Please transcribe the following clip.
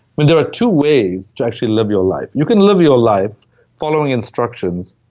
when there are two ways to actually live your life. you can live your life following instructions,